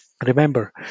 Remember